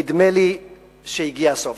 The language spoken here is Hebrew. נדמה לי שהגיע הסוף.